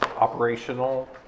operational